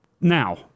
Now